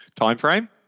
timeframe